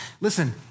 listen